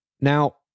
Now